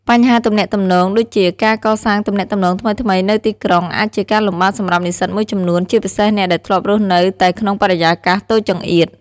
បញ្ហាទំនាក់ទំនង ដូចជា ការកសាងទំនាក់ទំនងថ្មីៗនៅទីក្រុងអាចជាការលំបាកសម្រាប់និស្សិតមួយចំនួន ជាពិសេសអ្នកដែលធ្លាប់រស់នៅតែក្នុងបរិយាកាសតូចចង្អៀត។